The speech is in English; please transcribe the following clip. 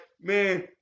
Man